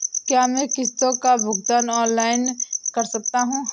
क्या मैं किश्तों का भुगतान ऑनलाइन कर सकता हूँ?